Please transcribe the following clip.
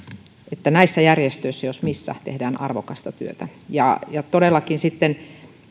että näissä järjestöissä jos missä tehdään arvokasta työtä todellakin sitten